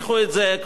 כמו אורית,